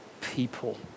people